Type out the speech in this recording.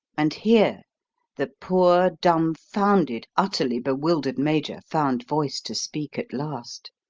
and here the poor, dumfounded, utterly bewildered major found voice to speak at last.